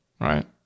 Right